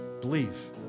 believe